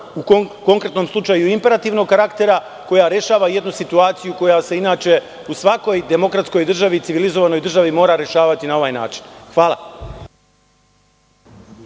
u konkretnom slučaju i imperativnog karaktera, koja rešava jednu situaciju koja se inače u svakoj demokratskoj i civilizovanoj državi mora rešavati na ovaj način. Hvala.